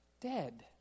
dead